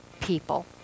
people